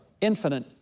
infinite